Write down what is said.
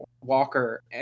Walker